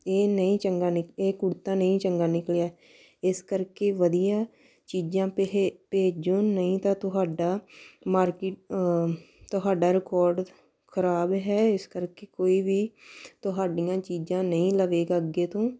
ਇਹ ਨਹੀਂ ਚੰਗਾ ਨਿਕ ਇਹ ਕੁੜਤਾ ਨਹੀਂ ਚੰਗਾ ਨਿਕਲਿਆ ਇਸ ਕਰਕੇ ਵਧੀਆ ਚੀਜ਼ਾਂ ਭੇਹ ਭੇਜੋ ਨਹੀਂ ਤਾਂ ਤੁਹਾਡਾ ਮਾਰਕਿਟ ਤੁਹਾਡਾ ਰਿਕੋਰਡ ਖ਼ਰਾਬ ਹੈ ਇਸ ਕਰਕੇ ਕੋਈ ਵੀ ਤੁਹਾਡੀਆਂ ਚੀਜ਼ਾਂ ਨਹੀਂ ਲਵੇਗਾ ਅੱਗੇ ਤੋਂ